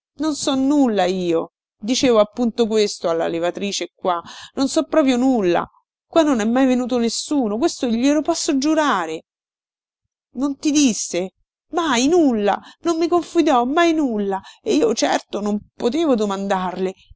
non so nulla io dicevo appunto questo alla levatrice qua non so proprio nulla qua non è mai venuto nessuno questo glielo posso giurare non ti disse mai nulla non mi confidò mai nulla e io certo non potevo domandarle